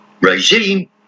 regime